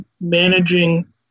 managing